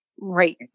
Right